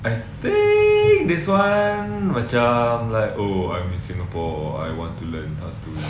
I think this [one] macam like oh I'm in singapore I want to learn I want to